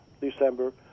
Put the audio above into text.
December